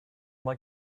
like